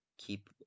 keep